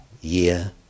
year